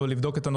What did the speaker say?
אין בעיה.